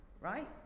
right